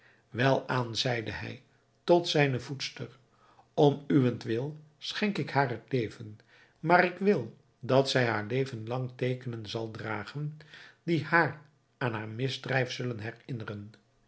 welaan zeide hij tot zijne voedster om uwentwil schenk ik haar het leven maar ik wil dat zij haar leven lang teekenen zal dragen die haar aan haar misdrijf zullen